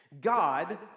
God